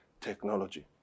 technology